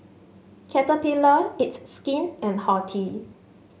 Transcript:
Caterpillar It's Skin and Horti